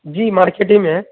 جی market ہی میں ہیں